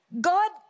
God